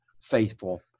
faithful